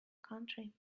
county